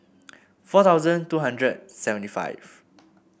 four thousand two hundred seventy five